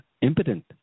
impotent